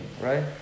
right